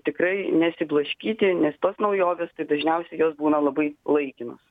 tikrai nesiblaškyti nes tos naujovės dažniausiai jos būna labai laikinos